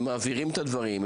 מעבירים את הדברים,